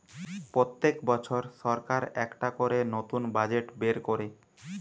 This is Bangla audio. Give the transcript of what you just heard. পোত্তেক বছর সরকার একটা করে নতুন বাজেট বের কোরে